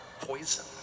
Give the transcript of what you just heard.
poison